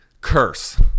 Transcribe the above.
curse